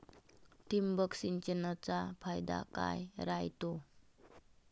ठिबक सिंचनचा फायदा काय राह्यतो?